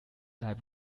life